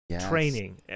training